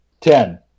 Ten